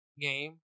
game